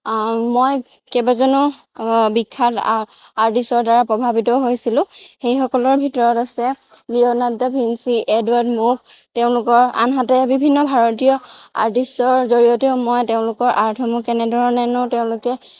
মই কেইবাজনো বিখ্যাত আ আৰ্টিষ্টৰ দ্বাৰা প্ৰভাৱিত হৈছিলোঁ সেইসকলৰ ভিতৰত আছে লিঅ'নাৰ্ডো দা ভিন্সি এডৱাৰ্ড মোৰ তেওঁলোকৰ আনহাতে বিভিন্ন ভাৰতীয় আৰ্টিষ্টৰ জৰিয়তেও মই তেওঁলোকৰ আৰ্টসমূহ কেনেধৰণেনো তেওঁলোকে